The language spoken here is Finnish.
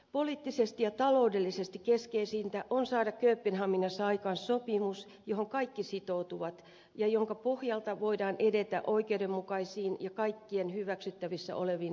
poliittisesti ja taloudellisesti keskeisintä on saada kööpenhaminassa aikaan sopimus johon kaikki sitoutuvat ja jonka pohjalta voidaan edetä oikeudenmukaisiin ja kaikkien hyväksyttävissä oleviin linjauksiin